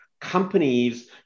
companies